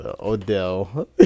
Odell